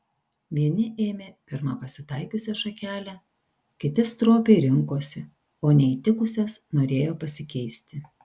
vieni ėmė pirmą pasitaikiusią šakelę kiti stropiai rinkosi o neįtikusias norėjo pasikeisti